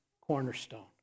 cornerstone